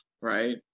right